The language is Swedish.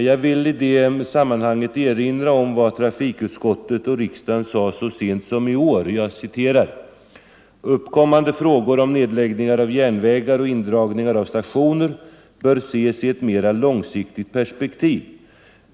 Jag vill i det sammanhanget erinra om vad trafikutskottet och riksdagen sagt så sent som i år: ”Uppkommande frågor om nedläggningar av järnvägar och indragningar av stationer bör ses i ett mera långsiktigt perspektiv.